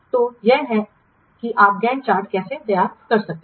तो यह है कि आप गैंट चार्ट कैसे तैयार कर सकते हैं